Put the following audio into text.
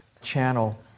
channel